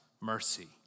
mercy